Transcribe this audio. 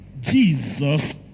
Jesus